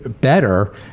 better